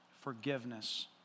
forgiveness